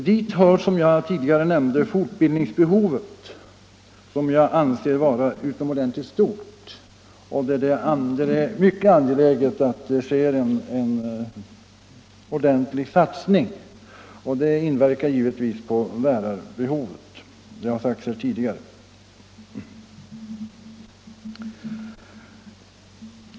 Dit hör, som jag också nämnde tidigare, fortbildningsbehovet, som jag anser vara utomordentligt stort och där det är mycket angeläget att man gör en ordentlig satsning. Det inverkar givetvis på lärarbehovet. Det har sagts här tidigare.